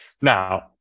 Now